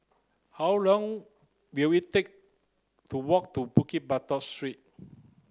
how long will it take to walk to Bukit Batok Street